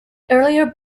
earlier